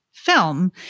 film